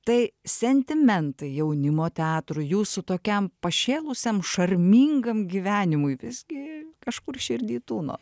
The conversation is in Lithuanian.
tai sentimentai jaunimo teatrui jūsų tokiam pašėlusiam šarmingam gyvenimui visgi kažkur širdy tūno